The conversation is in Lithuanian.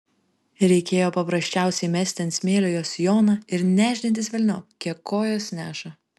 reikėjo paprasčiausiai mesti ant smėlio jos sijoną ir nešdintis velniop kiek kojos neša